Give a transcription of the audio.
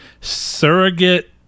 surrogate